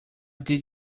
did